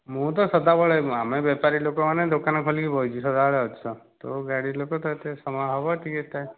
ମୁଁ ତ ସଦା ବେଳେ ଆମେ ବେପାରୀ ଲୋକ ମାନେ ଦୋକାନ ଖୋଲିକି ବସିଛୁ ସଦା ବେଳେ ଅଛୁ ତୁ ଗାଡ଼ି ଲୋକ ତୋତେ ସମୟ ହେବ ଟିକେ